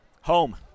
Home